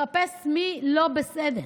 בואו קודם כול נפסיק לחפש מי לא בסדר.